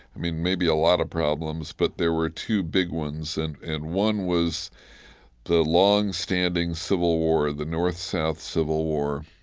i mean, maybe a lot of problems, but there were two big ones, and and one one was the longstanding civil war, the north south civil war,